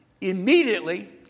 immediately